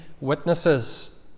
witnesses